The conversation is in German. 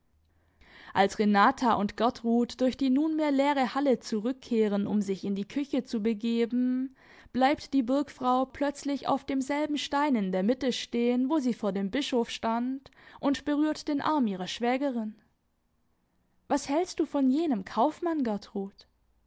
als renata und gertrud durch die nunmehr leere halle zurückkehren um sich in die küche zu begeben bleibt die burgfrau plötzlich auf demselben stein in der mitte stehen wo sie vor dem bischof stand und berührt den arm ihrer schwägerin was hältst du von jenem kaufmann gertrud